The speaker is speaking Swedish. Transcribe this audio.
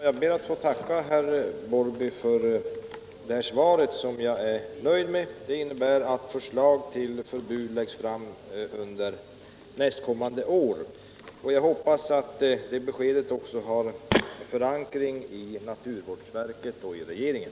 Herr talman! Jag ber att få tacka herr Larsson i Borrby för svaret, som jag är nöjd med. Det innebär att förslag till förbud läggs fram under nästkommande år, och jag hoppas att det beskedet också har förankring i naturvårdsverket och i regeringen.